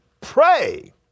pray